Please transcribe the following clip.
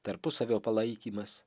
tarpusavio palaikymas